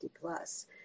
plus